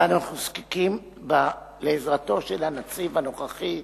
ואנחנו זקוקים לעזרתו של הנציב הנוכחי,